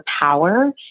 power